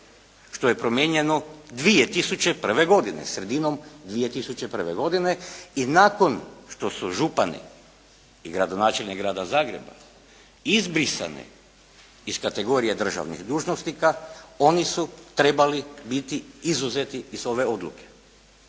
što je promijenjeno 2001. godine, sredinom 2001. godine i nakon što su župani i gradonačelnik grada Zagreba izbrisani iz kategorije državnih dužnosnika oni su trebali biti izuzeti iz ove odluke,